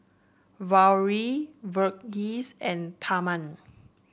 Gauri Verghese and Tharman